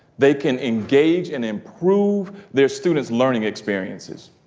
they can engage and improve their students learning experiences.